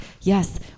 yes